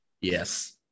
Yes